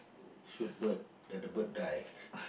shoot bird then the bird die